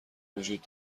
وجود